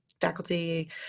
faculty